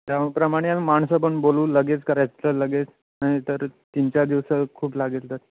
त्याप्रमाणे आम्ही माणसं पण बोलवू लगेच करायचं तर लगेच नाही तर तीन चार दिवस खूप लागेल तर